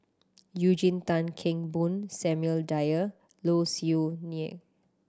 Eugene Tan Kheng Boon Samuel Dyer Low Siew Nghee